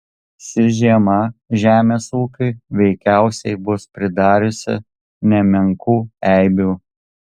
ši žiema žemės ūkiui veikiausiai bus pridariusi nemenkų eibių